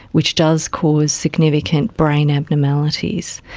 which does cause significant brain abnormalities,